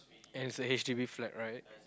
and it's a H_D_B flat right